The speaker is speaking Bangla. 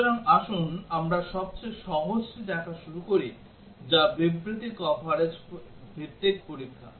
সুতরাং আসুন আমরা সবচেয়ে সহজটি দেখা শুরু করি যা বিবৃতি কভারেজ ভিত্তিক পরীক্ষা